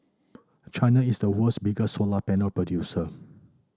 China is the world's biggest solar panel producer